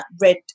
red